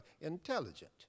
intelligent